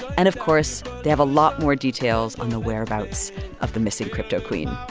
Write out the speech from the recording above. and, of course, they have a lot more details on the whereabouts of the missing cryptoqueen.